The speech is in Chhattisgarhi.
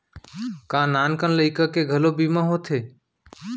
का नान कन लइका के घलो बीमा होथे?